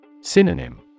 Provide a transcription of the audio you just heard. Synonym